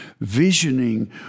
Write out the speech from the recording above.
Visioning